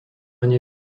nie